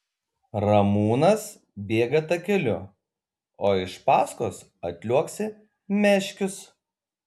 ramūnas bėga takeliu o iš paskos atliuoksi meškius